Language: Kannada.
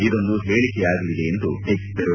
ಇದೊಂದು ಹೇಳಿಕೆಯಾಗಲಿದೆ ಎಂದು ಟೀಕಿಸಿದರು